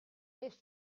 best